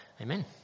Amen